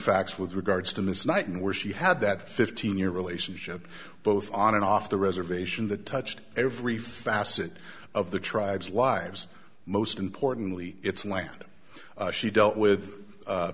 facts with regards to ms knight and where she had that fifteen year relationship both on and off the reservation that touched every facet of the tribes lives most importantly its land she dealt with